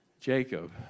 Jacob